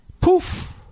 Poof